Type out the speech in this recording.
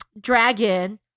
dragon